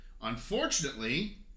Unfortunately